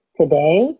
today